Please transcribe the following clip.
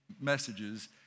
messages